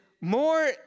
more